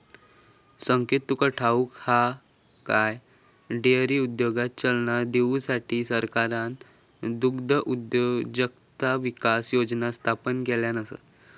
संकेत तुका ठाऊक हा काय, डेअरी उद्योगाक चालना देऊसाठी सरकारना दुग्धउद्योजकता विकास योजना स्थापन केल्यान आसा